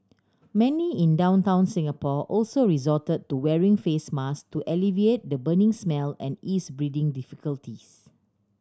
many in downtown Singapore also resorted to wearing face mask to alleviate the burning smell and ease breathing difficulties